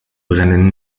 brennen